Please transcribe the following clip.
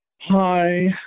Hi